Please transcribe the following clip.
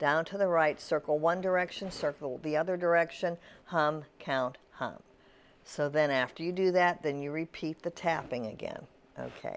down to the right circle one direction circled the other direction count so then after you do that then you repeat the tapping again ok